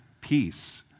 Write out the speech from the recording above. peace